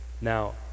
Now